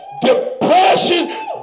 depression